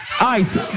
Ice